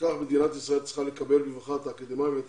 לכן מדינת ישראל צריכה לקבל את האקדמאים ואת